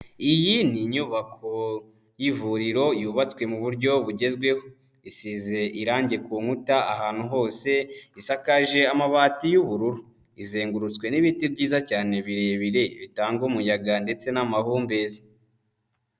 Iyi ni inyubako y'ivuriro yubatswe mu buryo bugezweho, isize irange ku nkuta ahantu hose, isakaje amabati y'ubururu, izengurutswe n'ibiti byiza cyane birebire bitanga umuyaga ndetse n'amahumbezi.